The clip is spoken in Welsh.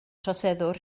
troseddwr